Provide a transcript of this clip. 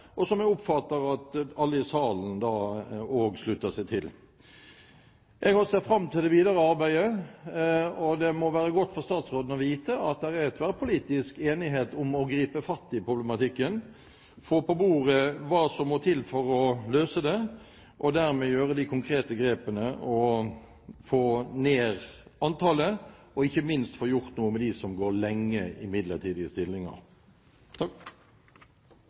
og som jeg oppfatter at alle i salen også slutter seg til. Jeg ser fram til det videre arbeidet. Det må være godt for statsråden å vite at det er tverrpolitisk enighet om å gripe fatt i problematikken, få på bordet hva som må til for å løse det, og dermed gjøre de konkrete grepene for å få ned antallet og ikke minst få gjort noe for dem som går lenge i midlertidige stillinger.